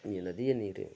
ಈ ನದಿಯ ನೀರೇ